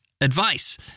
advice